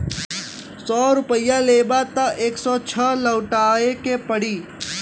सौ रुपइया लेबा त एक सौ छह लउटाए के पड़ी